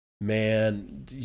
Man